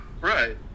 Right